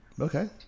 Okay